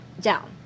down